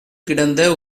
கிடந்த